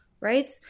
right